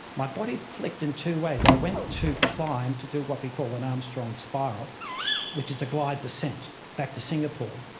my body flicked in two ways. i went to climb, to do what we call an armstrong spiral which is a glide descent back to singapore,